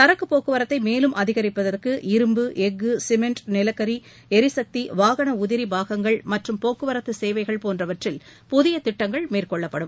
சரக்குப் போக்குவரத்தை மேலும் அதிகரிப்பதற்கு இரும்பு எஃகு சிமென்ட் நிலக்கரி எரிசக்தி வாகன உதிரிபாகங்கள் மற்றும் போக்குவரத்து சேவைகள் போன்றவற்றில் புதிய திட்டங்கள் மேற்கொள்ளப்படும்